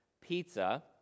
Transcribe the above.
pizza